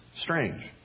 Strange